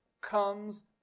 comes